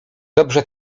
dobrze